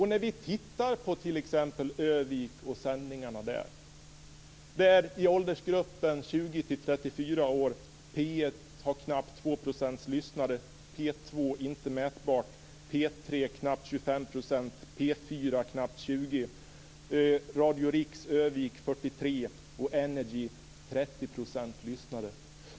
Låt oss t.ex. titta på sändningarna i Örnsköldsvik. I åldersgruppen 20-34 år har P 1 knappt 2 % lyssnare, P 2 är inte mätbart, P 3 har knappt 25 %, P 4 30 % lyssnare.